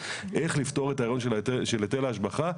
איך לפתור את הרעיון של היטל ההשבחה.